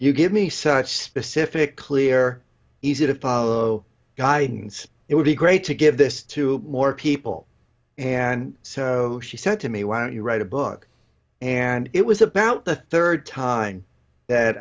you give me such specific clear easy to follow guidance it would be great to give this to more people and so she said to me why don't you write a book and it was about the third time